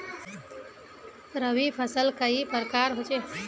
रवि फसल कई प्रकार होचे?